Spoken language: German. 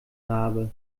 rabe